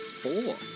Four